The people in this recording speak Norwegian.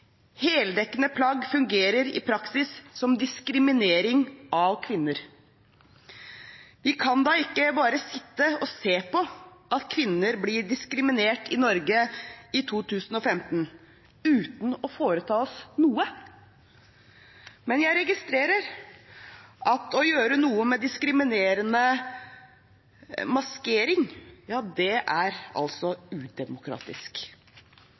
plagg hemmer kommunikasjon og gjør aktiv samfunnsdeltakelse umulig.» Og: «Heldekkende plagg fungerer i praksis som diskriminering av kvinner.» Vi kan da ikke bare sitte og se på at kvinner blir diskriminert i Norge i 2015 uten å foreta oss noe? Men jeg registrerer at å gjøre noe med diskriminerende